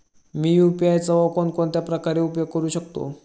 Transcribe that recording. मी UPI चा कोणकोणत्या प्रकारे उपयोग करू शकतो?